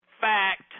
fact